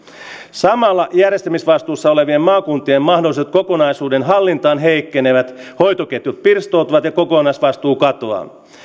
samalla järjestämisvastuussa olevien maakuntien mahdollisuudet kokonaisuuden hallintaan heikkenevät hoitoketjut pirstoutuvat ja kokonaisvastuu katoaa